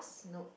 nope